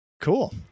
Cool